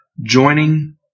joining